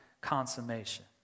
consummation